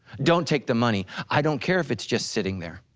don't take the money, i don't care if it's just sitting there.